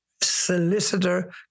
solicitor